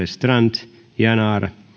strand yanar